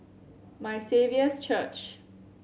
My Saviour's Church